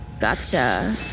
Gotcha